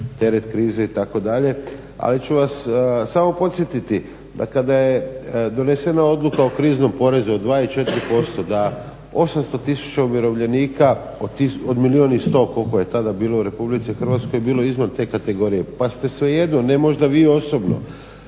teret krize itd. ali ću vas samo podsjetiti da kada je donesena odluka o kriznom porezu od 2 i 4% da 800 tisuća umirovljenika od milijun i 100 koliko je tada bilo u RH bilo izvan te kategorije pa ste svejedno, ne možda vi osobno,